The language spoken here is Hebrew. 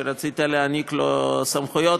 שרצית להעניק לו סמכויות,